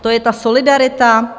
To je ta solidarita?